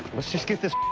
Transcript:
let's just get this